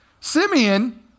Simeon